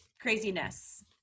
craziness